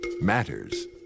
matters